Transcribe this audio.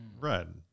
red